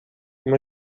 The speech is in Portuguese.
uma